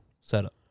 setup